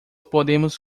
podemos